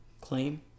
Claim